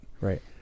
Right